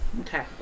okay